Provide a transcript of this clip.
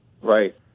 Right